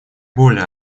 более